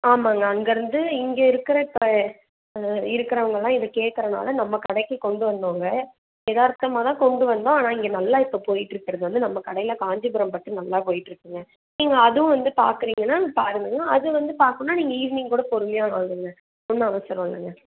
ஆமாங்க அங்கேருந்து இங்கே இருக்கிற இப்போ ஆ இருக்கிறவுங்கல்லாம் இதை கேட்கறனால நம்ம கடைக்கு கொண்டு வந்தோங்க எதார்த்தமாக தான் கொண்டு வந்தோம் ஆனால் இங்கே நல்லா இப்போ போய்கிட்ருக்கிறது வந்து நம்ம கடையில் காஞ்சிபுரம் பட்டு நல்லா போய்கிட்ருக்குங்க நீங்கள் அதுவும் வந்து பார்க்குறீங்கன்னா பாருங்கள் அது வந்து பார்க்கணுன்னா நீங்கள் ஈவினிங் கூட பொறுமையாக வாங்கங்க ஒன்றும் அவசரம் இல்லைங்க